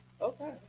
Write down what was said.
Okay